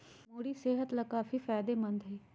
मूरी सेहत लाकाफी फायदेमंद हई